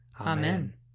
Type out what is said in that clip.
Amen